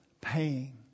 paying